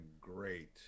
great